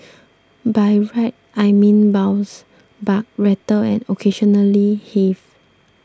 by ride I mean bounce buck rattle and occasionally heave